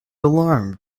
alarmed